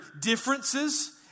differences